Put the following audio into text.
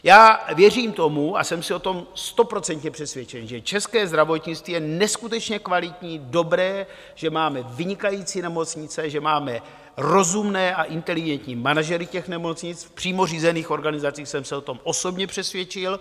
Já věřím tomu a jsem o tom stoprocentně přesvědčen, že české zdravotnictví je neskutečně kvalitní, dobré, že máme vynikající nemocnice, že máme rozumné a inteligentní manažery těch nemocnic, v přímo řízených organizacích jsem se o tom osobně přesvědčil.